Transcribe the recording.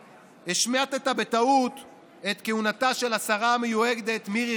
השמטת בטעות את כהונתה של השרה המיועדת מירי